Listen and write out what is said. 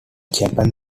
japan